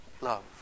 love